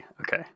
Okay